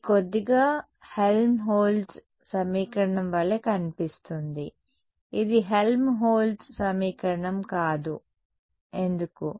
ఇది కొద్దిగా హెల్మ్హోల్ట్జ్ సమీకరణం వలె కనిపిస్తుంది ఇది హెల్మ్హోల్ట్జ్ సమీకరణం కాదు ఎందుకు